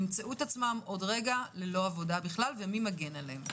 ימצאו את עצמם עוד רגע ללא עבודה בכלל ומי מגן עליהם.